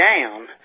down